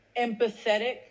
empathetic